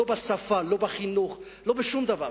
לא בשפה, לא בחינוך, לא בשום דבר.